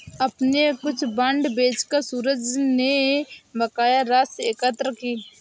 अपने कुछ बांड बेचकर सूरज ने बकाया राशि एकत्र की